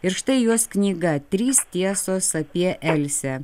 ir štai jos knyga trys tiesos apie elsę